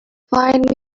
find